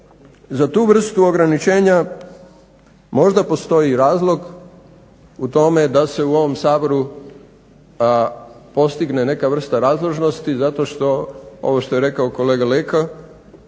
za tu vrstu ograničenja možda postoji razlog u tome da se u ovom Saboru postigne neka vrsta razložnosti zato što ovo što je rekao kolega Leko,